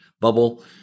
bubble